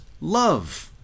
love